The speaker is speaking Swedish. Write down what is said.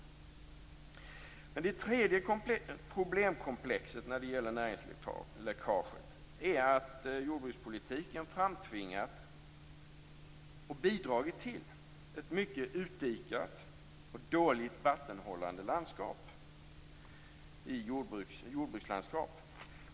Det tredje problemkomplexet när det gäller näringsläckaget är att jordbrukspolitiken framtvingat och bidragit till ett mycket utdikat och dåligt vattenhållande jordbrukslandskap.